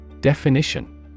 Definition